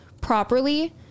properly